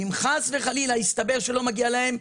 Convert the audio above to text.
ואם חס וחלילה יסתבר שלא מגיע להם,